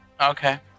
Okay